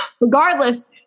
regardless